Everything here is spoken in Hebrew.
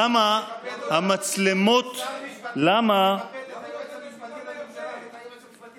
כשר משפטים תכבד את היועץ המשפטי לממשלה.